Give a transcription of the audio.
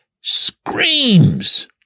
screams